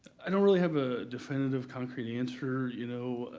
i don't really have a definitive concrete answer, you know.